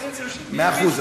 מאה אחוז,